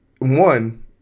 One